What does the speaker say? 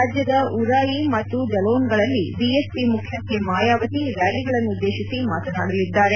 ರಾಜ್ಯದ ಉರಾಯಿ ಮತ್ತು ಜಲೋನ್ಗಳಲ್ಲಿ ಬಿಎಸ್ಪಿ ಮುಖ್ಯಸ್ಥೆ ಮಾಯಾವತಿ ರ್ಯಾಲಿಗಳನ್ನುದ್ದೇಶಿಸಿ ಮಾತನಾಡಲಿದ್ದಾರೆ